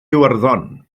iwerddon